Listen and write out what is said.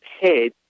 head